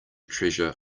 treasure